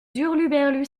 hurluberlues